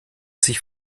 sich